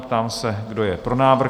Ptám se, kdo je pro návrh?